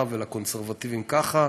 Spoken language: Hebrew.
לרפורמים ככה ולקונסרבטיבים ככה.